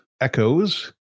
echoes